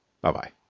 Bye-bye